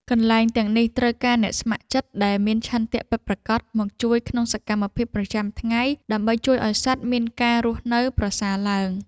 កន្លែងទាំងនេះត្រូវការអ្នកស្ម័គ្រចិត្តដែលមានឆន្ទៈពិតប្រាកដមកជួយក្នុងសកម្មភាពប្រចាំថ្ងៃ ដើម្បីជួយឱ្យសត្វមានការរស់នៅប្រសើរឡើង។